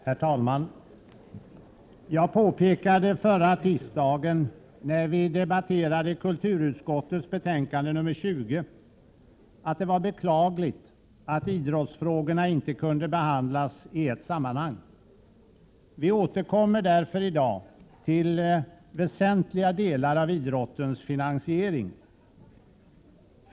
Herr talman! Jag påpekade förra tisdagen, när vi debatterade kulturutskottets betänkande nr 20, att det var beklagligt att idrottsfrågorna inte kunde behandlas i ett sammanhang. Vi återkommer i dag till väsentliga delar av idrottens finansiering.